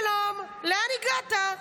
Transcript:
שלום, לאן הגעת?